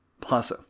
Plus